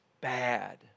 bad